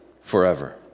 forever